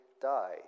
die